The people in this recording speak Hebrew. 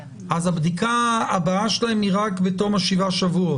הבדיקה הבאה שלהם היא רק בתום שבעת הימים.